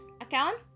account